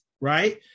right